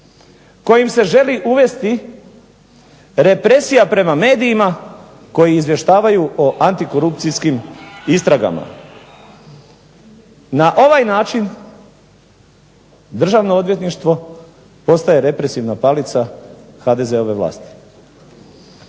kojim se želi uvesti represija prema medijima koji izvještavaju o antikorupcijskim istragama. Na ovaj način Državno odvjetništvo postaje represivna palica HDZ-ove vlasti.